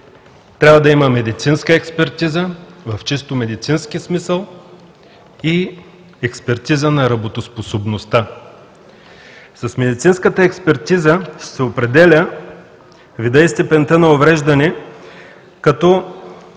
трябва да има медицинска експертиза в чисто медицински смисъл, и експертиза на работоспособността. С медицинската експертиза се определят видът и степента на увреждане, като